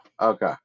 Okay